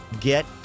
get